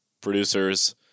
producers